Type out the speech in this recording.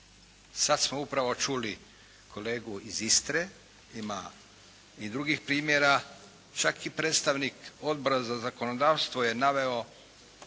Sad smo upravo čuli kolegu iz Istre, ima i drugih primjera. Čak i predstavnik Odbora za zakonodavstvo je naveo